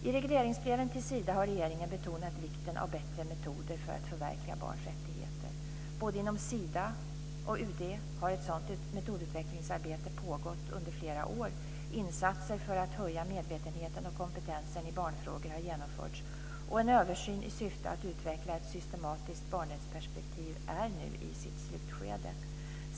I regleringsbreven till Sida har regeringen betonat vikten av bättre metoder för att förverkliga barns rättigheter. Både inom Sida och UD har ett sådant metodutvecklingsarbete pågått under flera år. Insatser för att höja medvetenheten och kompetensen i barnfrågor har genomförts, och en översyn i syfte att utveckla ett systematiskt barnrättsperspektiv är nu i sitt slutskede.